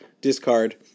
discard